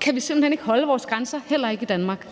kan vi simpelt hen ikke holde vores grænser, heller ikke i Danmark.